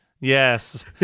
Yes